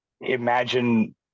imagine